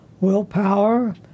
willpower